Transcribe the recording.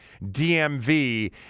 DMV